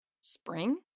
Spring